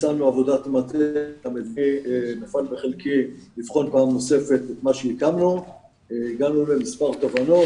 ביצענו עבודת מטה כדי לבחון פעם נוספת את מה שהקמנו והגענו למספר תובנות